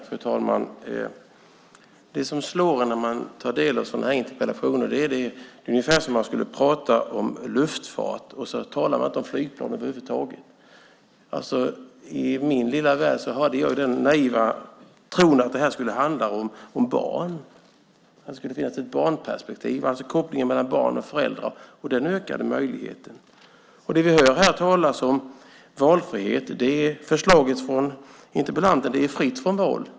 Fru talman! Det som slår en när man tar del av sådana här interpellationer är att de är ungefär som om man skulle prata om luftfart utan att över huvud taget nämna flygplan. Jag hade den naiva tron att den här frågan skulle handla om barn och att det skulle finnas ett barnperspektiv där man tar upp kopplingen mellan barn och föräldrar och den ökade möjligheten till det. Vi hör här talas om valfrihet. Förslaget från interpellanten är fritt från val.